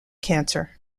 cancer